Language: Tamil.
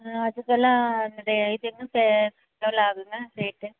ஆ அதுக்கெல்லாம் இது என்ன எவ்வளோ ஆகுங்க ரேட்டு